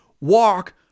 walk